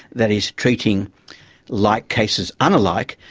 that is treating like cases unalike,